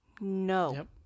No